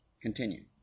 Continue